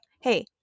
hey